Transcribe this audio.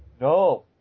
No